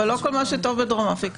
אבל לא כל מה שטוב בדרום אפריקה,